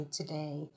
today